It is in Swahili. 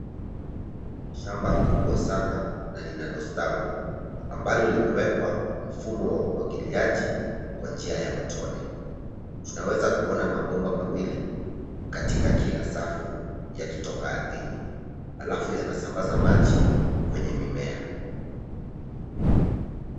Shamba kubwa sana na linalostawi, ambalo limewekwa mfumo wa umwagiliaji kwa njia ya matone. Tunaweza kuona mabomba mawili katika kila safu yakitoka ardhini, halafu yanasambaza maji kwenye mimea.